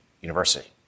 University